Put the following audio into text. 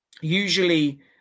usually